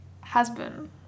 husband